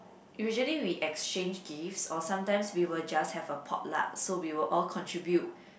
usually we exchange gifts or sometimes we will just have a potluck so we will all contribute